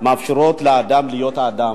המאפשרות לאדם להיות אדם.